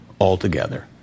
altogether